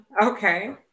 Okay